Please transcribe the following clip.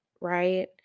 right